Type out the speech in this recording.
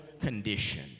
condition